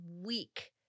week